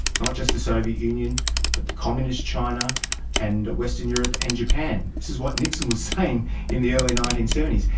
not just the soviet union but communist china and western europe and japan. this is what nixon was saying in the early nineteen seventy s.